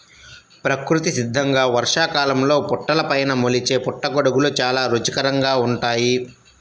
ప్రకృతి సిద్ధంగా వర్షాకాలంలో పుట్టలపైన మొలిచే పుట్టగొడుగులు చాలా రుచికరంగా ఉంటాయి